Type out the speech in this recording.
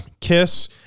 Kiss